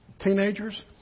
teenagers